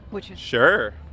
Sure